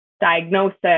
diagnosis